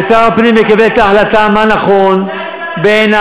לשר הפנים לקבל את ההחלטה מה נכון בעיניו